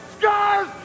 scars